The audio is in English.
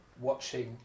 watching